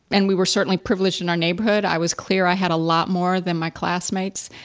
and we were certainly privileged in our neighborhood. i was clear i had a lot more than my classmates.